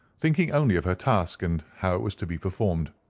thinking only of her task and how it was to be performed.